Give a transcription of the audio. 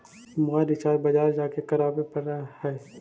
मोबाइलवा रिचार्ज बजार जा के करावे पर है?